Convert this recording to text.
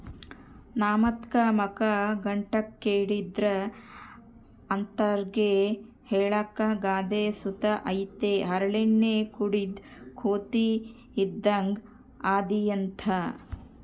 ನಮ್ತಾಕ ಮಕ ಗಂಟಾಕ್ಕೆಂಡಿದ್ರ ಅಂತರ್ಗೆ ಹೇಳಾಕ ಗಾದೆ ಸುತ ಐತೆ ಹರಳೆಣ್ಣೆ ಕುಡುದ್ ಕೋತಿ ಇದ್ದಂಗ್ ಅದಿಯಂತ